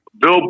Bill